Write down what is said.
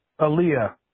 Aaliyah